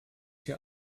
hier